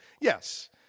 Yes